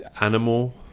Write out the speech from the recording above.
animal